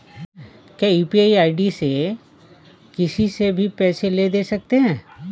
क्या UPI ID से किसी से भी पैसे ले दे सकते हैं?